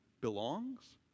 belongs